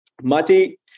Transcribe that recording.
Mati